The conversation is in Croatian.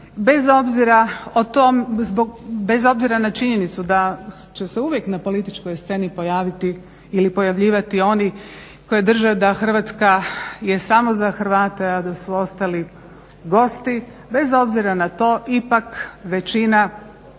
bez obzira na činjenicu da će se uvijek na političkoj sceni pojavljivati oni koji drže da Hrvatska je samo za Hrvate, a da su ostali gosti, bez obzira na to ipak većina